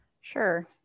Sure